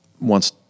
wants